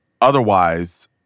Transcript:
Otherwise